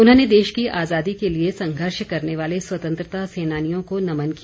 उन्होंने देश की आजादी के लिए संघर्ष करने वाले स्वतंत्रता सेनानियों को नमन किया